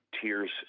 tears